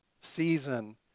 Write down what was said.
season